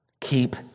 Keep